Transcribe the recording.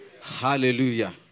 Hallelujah